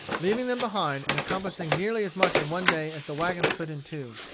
leaving them behind, and accomplishing nearly as much in one day as the wagons could in two.